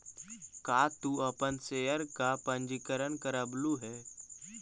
का तू अपन शेयर का पंजीकरण करवलु हे